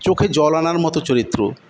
চোখে জল আনার মত চরিত্র